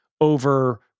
over